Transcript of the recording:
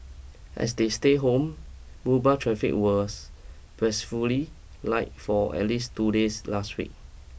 as they stay home Mumbai traffic was blissfully light for at least two days last week